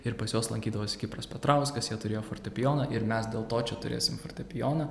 ir pas juos lankydavosi kipras petrauskas jie turėjo fortepijoną ir mes dėl to čia turėsim fortepijoną